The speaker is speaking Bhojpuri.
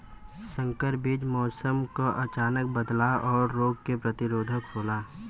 संकर बीज मौसम क अचानक बदलाव और रोग के प्रतिरोधक होला